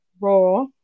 raw